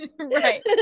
right